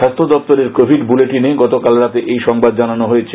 স্বাস্থ্য দপ্তরের কোভিড বুলেটিনে গতকাল রাতে এই সংবাদ জানানো হয়েছে